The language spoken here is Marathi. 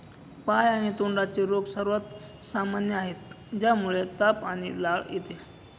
पाय आणि तोंडाचे रोग सर्वात सामान्य आहेत, ज्यामुळे ताप आणि लाळ येते